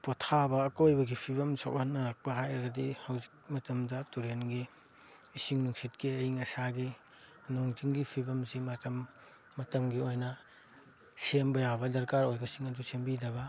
ꯄꯣꯊꯥꯕ ꯑꯀꯣꯏꯕꯒꯤ ꯐꯤꯕꯝ ꯁꯣꯛꯍꯟꯅꯔꯛꯄ ꯍꯥꯏꯔꯗꯤ ꯍꯧꯖꯤꯛ ꯃꯇꯝꯗ ꯇꯨꯔꯦꯟꯒꯤ ꯏꯁꯤꯡ ꯅꯨꯡꯁꯤꯠꯀꯤ ꯑꯌꯤꯡ ꯑꯁꯥꯒꯤ ꯅꯣꯡ ꯆꯤꯡꯒꯤ ꯐꯤꯕꯝꯁꯤ ꯃꯇꯝ ꯃꯇꯝꯒꯤ ꯑꯣꯏꯅ ꯁꯦꯝꯕ ꯌꯥꯕ ꯗꯔꯀꯥꯔ ꯑꯣꯏꯕꯁꯤꯡ ꯑꯗꯣ ꯁꯦꯝꯕꯤꯗꯕ